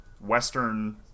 Western